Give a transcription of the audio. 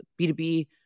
B2B